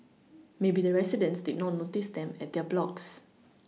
maybe the residents did not notice them at their blocks